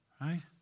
Right